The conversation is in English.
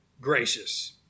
gracious